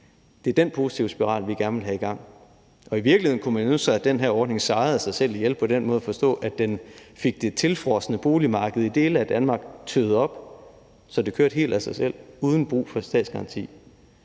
Det er den positive spiral, vi gerne vil have i gang. I virkeligheden kunne man ønske sig, at den her ordning sejrede sig selv ihjel, forstået på den måde, at den fik det tilfrosne boligmarked i dele af Danmark tøet op, så det kørte helt af sig selv uden behov for statsgaranti.